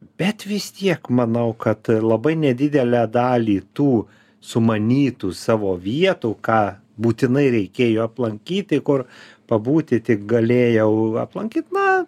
bet vis tiek manau kad labai nedidelę dalį tų sumanytų savo vietų ką būtinai reikėjo aplankyti kur pabūti tik galėjau aplankyt na